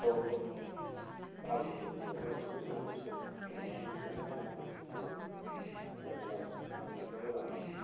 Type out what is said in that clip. औ औ औ गाबोनफोर सोलाबबा दसे थानानै इस्कुलाव खबर लानानै बेहायनो माबाहैसां होनबालाय इस्कुला मोजांबा फोरोंनायफ्रा मोजांबा